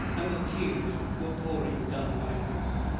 and the tears were pouring down my face.